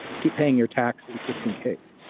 keep paying your taxes just in case.